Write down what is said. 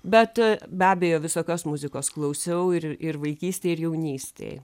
bet be abejo visokios muzikos klausiau ir ir vaikystėj ir jaunystėj